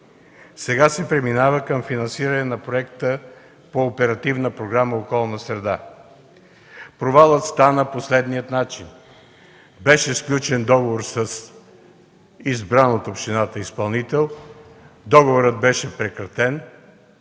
Сега се преминава към финансиране на проекта по Оперативна програма „Околна среда”. Провалът стана по следния начин. Беше сключен договор с избран от общината изпълнител, договорът беше прекратен,